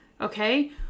okay